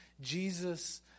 Jesus